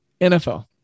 nfl